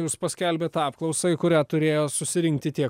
jūs paskelbėt apklausą į kurią turėjo susirinkti tie